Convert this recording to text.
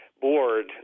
board